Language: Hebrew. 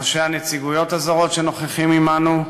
ראשי הנציגויות הזרות שנוכחים עמנו,